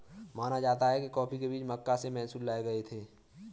माना जाता है कि कॉफी के बीज मक्का से मैसूर लाए गए थे